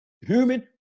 human